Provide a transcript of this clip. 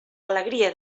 alegria